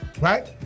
right